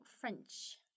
French